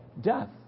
Death